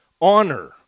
honor